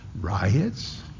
riots